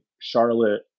Charlotte